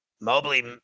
Mobley